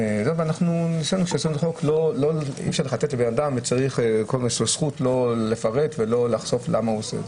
ויש לאדם זכות לא לפרט ולא לחשוף למה הוא עושה את זה.